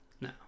No